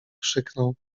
krzyknął